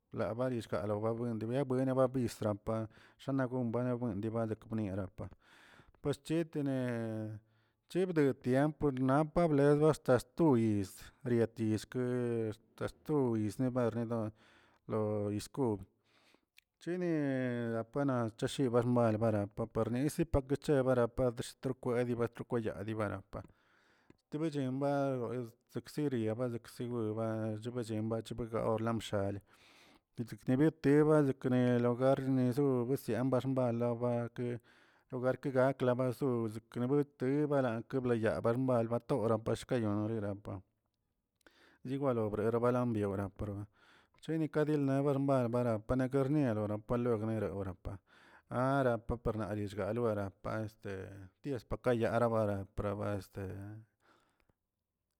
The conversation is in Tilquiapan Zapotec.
Abayishkara babuen dibueni abisrampa shana gon buen diibadak guniarapa paschetene chibdo tiempo por napla ba ble xtay tu yiz biatizke sto yiz guebarni lo- lo yizkob chini apana chishiba bar bara bapar yisi pakecheb padr shko kwebiba rokweyaa dirabapa, stobechen ba beksiksiri chiberiba cheberchemba chebegom lamshali dikdibitib kner logar nizuu busiem barbala bakə to garkle gak bas gus knebut kebaran kebayaa xmal batora pashkayon nereyapa, chigwalo benebrabra biona por ba cheni kadineldiga bal bara bakart nierora laox mero wrapa, ara parpanillꞌ loarapa tiers pakayaa avara prra este.